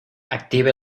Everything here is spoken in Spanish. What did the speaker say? active